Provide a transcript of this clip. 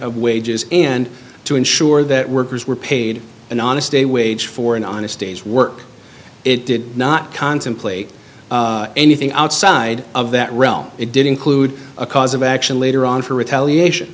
of wages and to ensure that workers were paid an honest day wage for an honest day's work it did not contemplate anything outside of that realm it did include a cause of action later on for retaliation